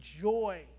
joy